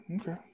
Okay